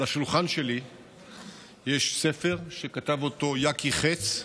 על השולחן שלי יש ספר שכתב אותו יקי חץ,